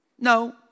No